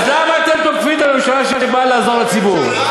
אז למה אתם תוקפים את הממשלה, שבאה לעזור לציבור?